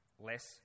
Less